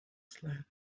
slam